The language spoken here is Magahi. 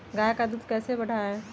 गाय का दूध कैसे बढ़ाये?